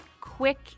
quick